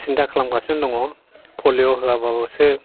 सिन्था खालामगासिनो दङ पलिय' होआब्लाबोसो